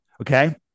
okay